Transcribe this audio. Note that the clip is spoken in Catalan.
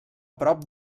prop